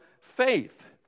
faith